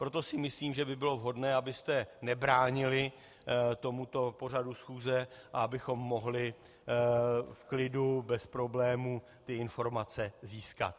Proto si myslím, že by bylo vhodné, abyste nebránili tomuto pořadu schůze, abychom mohli v klidu a bez problémů informace získat.